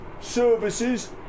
services